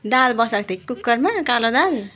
दाल बसाएको थिएँ कि कुकरमा कालो दाल